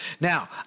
Now